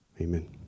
Amen